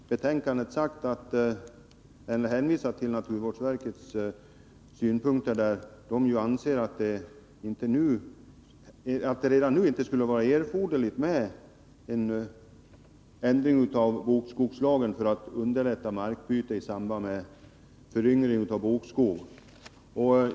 Fru talman! Vi har i betänkandet hänvisat till naturvårdsverkets synpunkter. Verket anser ju att det inte redan nu skulle vara erforderligt med en ändring av bokskogslagen för att underlätta markbyte i samband med föryngring av bokskog.